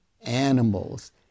animals